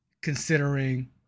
considering